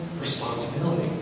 responsibility